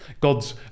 God's